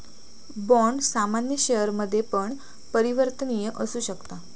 bond सामान्य शेयरमध्ये पण परिवर्तनीय असु शकता